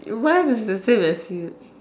what is the same as you